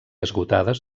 esgotades